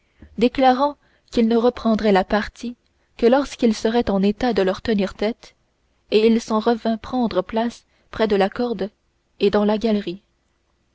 déclarant qu'il ne reprendrait la partie que lorsqu'il serait en état de leur tenir tête et il s'en revint prendre place près de la corde et dans la galerie